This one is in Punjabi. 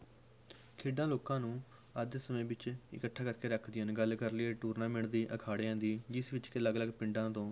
ਖੇਡਾਂ ਲੋਕਾਂ ਨੂੰ ਅੱਜ ਦੇ ਸਮੇਂ ਵਿੱਚ ਇਕੱਠਾ ਕਰਕੇ ਰੱਖਦੀਆਂ ਹਨ ਗੱਲ ਕਰ ਲਈਏ ਟੂਰਨਾਮੈਂਟ ਦੀ ਅਖਾੜਿਆਂ ਦੀ ਜਿਸ ਵਿੱਚ ਕਿ ਅਲੱਗ ਅਲੱਗ ਪਿੰਡਾਂ ਤੋਂ